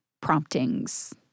promptings